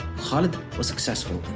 khalid was successful